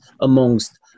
amongst